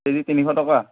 KG তিনিশ টকা